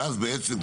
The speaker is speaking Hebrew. שאז בעצם,